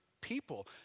people